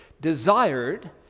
desired